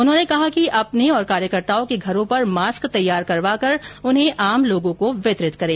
उन्होंने कहा कि अपने और कार्यकर्ताओं के घरों पर मास्क तैयार करवाकर उन्हें आम लोगों को वितरित करें